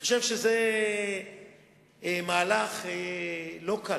אני חושב שזה מהלך לא קל.